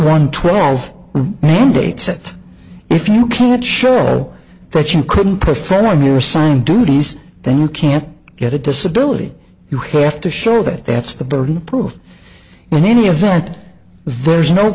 run twelve mandates that if you can't sure that you couldn't perform your assigned duties then you can't get a disability you have to show that they have the burden of proof in any event there's no